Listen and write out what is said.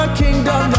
kingdom